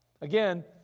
Again